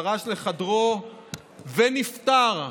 פרש לחדרו ונפטר.